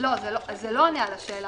זה לא עונה על השאלה.